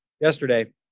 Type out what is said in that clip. yesterday